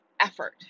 effort